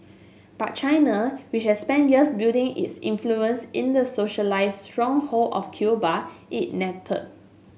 but China which has spent years building its influence in the socialist stronghold of Cuba is nettled